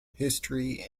history